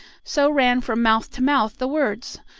so ran from mouth to mouth the words,